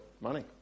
money